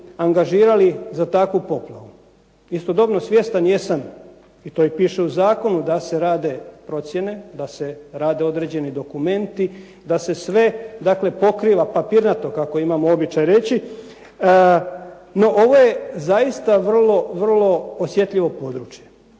angažirali za takvu poplavu? Istodobno svjestan jesam i to piše u zakonu da se rade procjene, da se rade određeni dokumenti, da se sve pokriva papirnato kako imamo običaj reći. No ovo je zaista vrlo osjetljivo područje